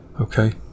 okay